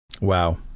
wow